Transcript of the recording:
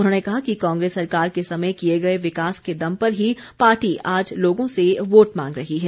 उन्होंने कहा कि कांग्रेस सरकार के समय किए गए विकास के दम पर ही पार्टी आज लोगों से वोट मांग रही है